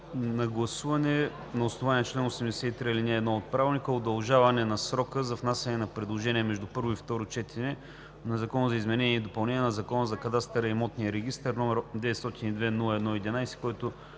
на гласуване на основание чл. 83, ал. 1 от Правилника удължаване на срока за внасяне на предложение между първо и второ четене на Закона за изменение и допълнение на Закона за кадастъра и имотния регистър, № 902-01-11, който